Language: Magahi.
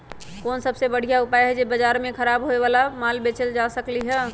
कोन सबसे बढ़िया उपाय हई जे से बाजार में खराब होये वाला माल बेचल जा सकली ह?